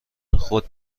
خود